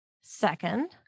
Second